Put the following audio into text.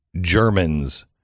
Germans